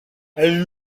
elle